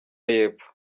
y’epfo